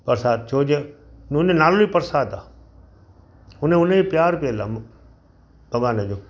परसाद छो जो हुनजो नालो ई परसाद आहे हुन हुन में प्यार पियल आहे भॻवान जो